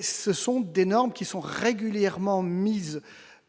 ce sont des normes qui sont régulièrement mises